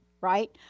right